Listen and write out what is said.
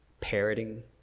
parroting